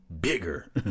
bigger